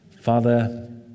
Father